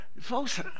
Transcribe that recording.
Folks